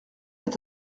est